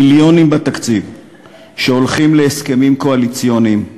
מיליונים בתקציב שהולכים להסכמים קואליציוניים,